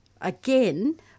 again